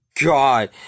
god